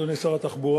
אדוני שר התחבורה,